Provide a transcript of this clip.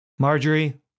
Marjorie